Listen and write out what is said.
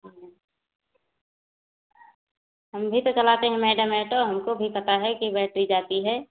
हाँ हम भी तो चलाते हैं मैडम ऐटो हमको भी पता है कि बैट्री जाती है